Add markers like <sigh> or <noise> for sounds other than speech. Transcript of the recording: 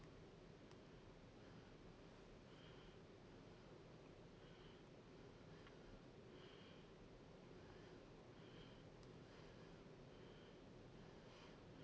<breath>